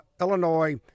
Illinois